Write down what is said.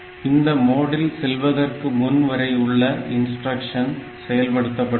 இந்த மோடில் செல்வதற்கு முன்பு வரை உள்ள இன்ஸ்டிரக்ஷன் செயல்படுத்தப்படுகிறது